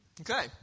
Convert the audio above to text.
Okay